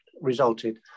resulted